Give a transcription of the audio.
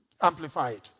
Amplified